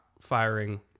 firing